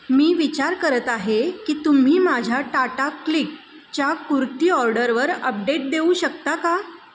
मी विचार करत आहे की तुम्ही माझ्या टाटा क्लिक च्या कुर्ती ऑर्डरवर अपडेट देऊ शकता का